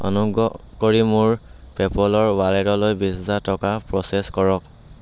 অনুগ্ৰহ কৰি মোৰ পে' পলৰ ৱালেটলৈ বিছ হাজাৰ টকা প্ৰ'চেছ কৰক